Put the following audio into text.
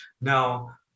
now